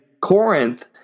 Corinth